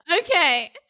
Okay